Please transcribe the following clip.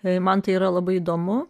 jei man tai yra labai įdomu